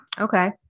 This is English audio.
Okay